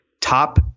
top